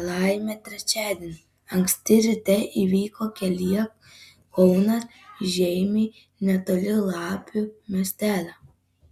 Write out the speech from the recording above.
nelaimė trečiadienį anksti ryte įvyko kelyje kaunas žeimiai netoli lapių miestelio